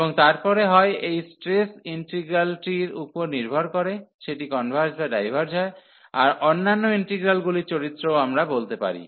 এবং তারপরে হয় এই স্ট্রেস ইন্টিগ্রালটির উপর নির্ভর করে সেটি কনভার্জ বা ডাইভার্জ হয় আর অন্যান্য ইন্টিগ্রালগুলির চরিত্রও আমরা বলতে পারি